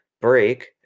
break